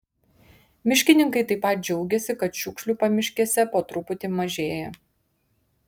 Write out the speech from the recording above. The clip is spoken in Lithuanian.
miškininkai taip pat džiaugiasi kad šiukšlių pamiškėse po truputį mažėja